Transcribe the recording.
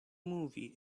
movie